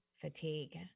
fatigue